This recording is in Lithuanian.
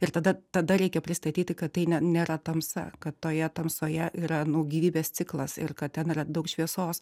ir tada tada reikia pristatyti kad tai ne nėra tamsa kad toje tamsoje yra nu gyvybės ciklas ir kad ten yra daug šviesos